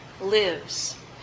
lives